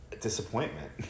disappointment